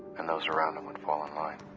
and those around him would fall in line.